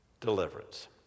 deliverance